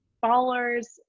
followers